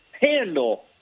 handle